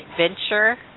adventure